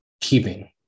keeping